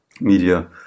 media